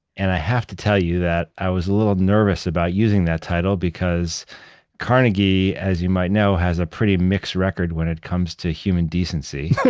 and i have to tell you that i was a little nervous about using that title because carnegie, as you might know, has a pretty mixed record when it comes to human decency.